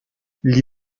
gli